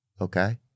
Okay